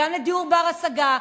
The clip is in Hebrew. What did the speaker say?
גם לדיור בר-השגה,